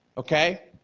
okay?